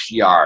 PR